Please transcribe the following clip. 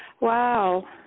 Wow